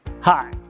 Hi